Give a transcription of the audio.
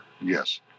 yes